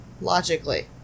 logically